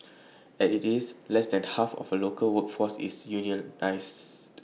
as IT is less than half of the local workforce is unionised